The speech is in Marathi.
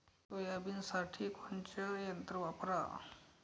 सोयाबीनसाठी कोनचं यंत्र वापरा?